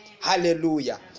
hallelujah